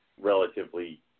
relatively